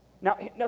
Now